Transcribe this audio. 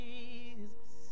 Jesus